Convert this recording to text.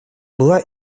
была